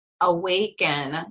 awaken